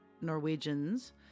Norwegians